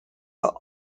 are